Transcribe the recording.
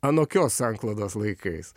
anokios sanklodos laikais